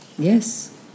Yes